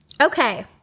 Okay